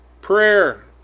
Prayer